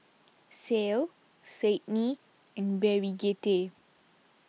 Cael Sydnie and Brigette